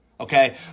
Okay